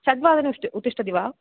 षड्वादने उत्तिष्ठति वा